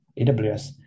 AWS